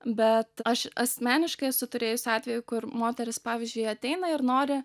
bet aš asmeniškai esu turėjusi atvejų kur moteris pavyzdžiui ateina ir nori